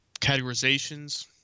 categorizations